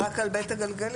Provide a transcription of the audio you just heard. רק על בית הגלגלים.